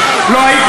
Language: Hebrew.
מה לקחת היום?